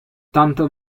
tanto